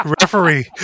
Referee